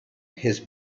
his